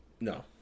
No